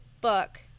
book